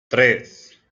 tres